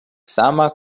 sama